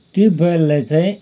त्यो बरलाई चाहिँ